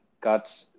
got